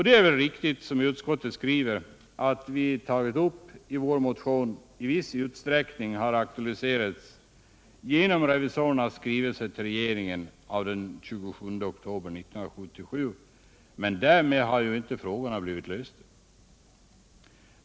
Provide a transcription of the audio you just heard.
Det är väl riktigt, som utskottet skriver, att vad vi tagit upp i vår motion i viss utsträckning har aktualiserats genom revisorernas skrivelse till regeringen av den 27 oktober 1977. Men därmed har ju inte frågorna blivit lösta.